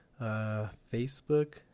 Facebook